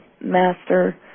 master